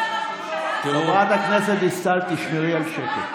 חברת הכנסת דיסטל, תשמרי על שקט.